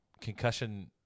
concussion